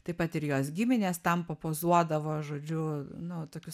taip pat ir jos giminės tam papozuodavo žodžiu nu tokius